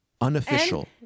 unofficial